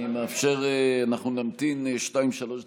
אנחנו נמתין שתיים-שלוש דקות,